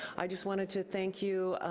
i just wanted to thank you,